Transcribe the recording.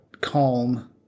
calm